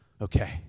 okay